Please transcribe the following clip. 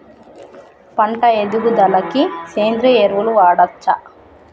పంట ఎదుగుదలకి సేంద్రీయ ఎరువులు వాడచ్చా?